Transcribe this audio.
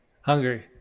Hungary